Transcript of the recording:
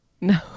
no